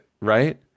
right